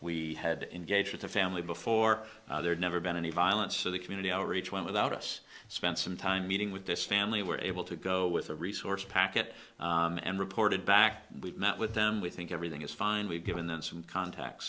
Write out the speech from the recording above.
we had engaged with the family before there never been any violence so the community outreach went without us spent some time meeting with this family were able to go with a resource packet and reported back and we've met with them we think everything is fine we've given them some contacts